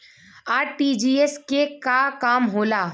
RTGS के का काम होला?